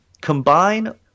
combine